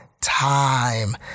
time